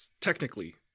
technically